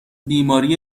بیماری